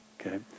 okay